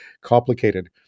complicated